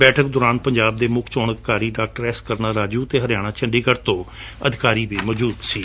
ਬੈਠਕ ਦੌਰਾਨ ਪੰਜਾਬ ਦੇ ਮੁੱਖ ਚੋਣ ਅਧਿਕਾਰੀ ਡਾ ਐਸ ਕਰੁਨਾ ਰਾਜੂ ਅਤੇ ਹਰਿਆਣਾ ਚੰਡੀਗੜ੍ਹ ਤੋਂ ਅਧਿਕਾਰੀ ਵੀ ਮੌਜੂਦ ਸਨ